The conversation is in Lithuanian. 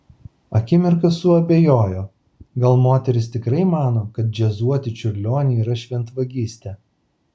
akimirką suabejojo gal moteris tikrai mano kad džiazuoti čiurlionį yra šventvagystė